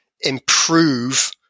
improve